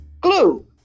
Glue